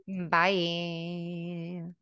Bye